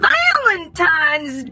Valentine's